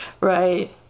Right